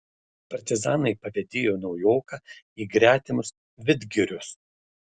partizanai pavedėjo naujoką į gretimus vidgirius